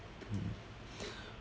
mm